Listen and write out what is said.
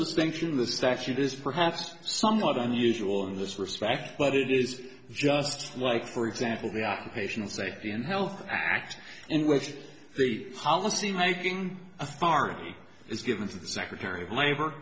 distinction the statute is perhaps some other unusual in this respect but it is just like for example the occupational safety and health act in which the policy making a pharmacy is given to the secretary of labor